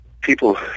people